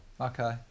Okay